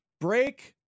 Break